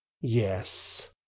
yes